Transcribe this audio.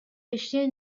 کشتی